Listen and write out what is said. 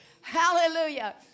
Hallelujah